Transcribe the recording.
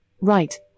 Right